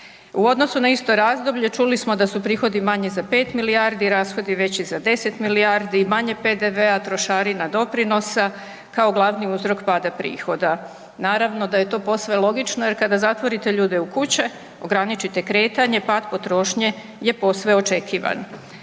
U odnosu na isto razdoblje, čuli smo da su prihodi manji za 5 milijardi, rashodi veći za 10 milijardi, manje PDV-a, trošarina, doprinosa, kao glavni uzrok pada prihoda. Naravno da je to posve logično jer kada zatvorite ljude u kuće, ograničite kretanje, pad potrošnje je posve očekivan.